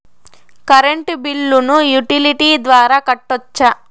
Current బిల్లును utility ద్వారా కట్టొచ్చా?